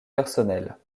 personnelle